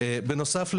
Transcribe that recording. בנוסף,